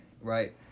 right